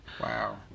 Wow